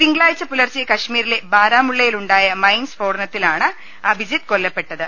തിങ്കളാഴ്ച പുലർച്ചെ കാശ്മീരിലെ ബാരാമുള്ളയിലുണ്ടായ മൈൻഫോടനത്തിലാണ് അഭിജിത്ത് കൊല്ലപ്പെട്ടത്